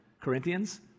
Corinthians